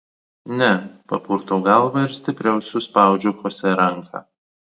ne papurtau galvą ir stipriau suspaudžiu chosė ranką